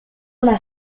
una